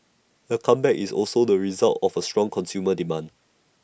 the comeback is also the result of strong consumer demand